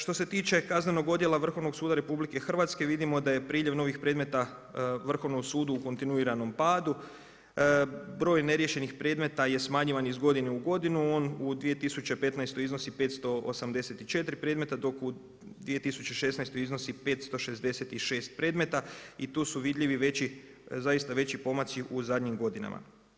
Što se tiče kaznenog odjela Vrhovnog suda RH vidimo da je priljev novih predmeta Vrhovnom sudu u kontinuiranom padu, broj neriješenih predmeta je smanjivan iz godine u godinu, on u 2015. iznosi 584 predmeta dok u 2016. iznosi 566 predmeta i tu su vidljivi zaista veći pomaci u zadnjim godinama.